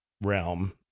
realm